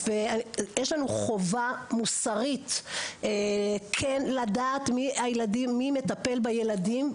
יש לנו חובה מוסרית כן לדעת מי מטפל בילדים,